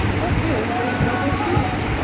what is a double zero?